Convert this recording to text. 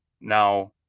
now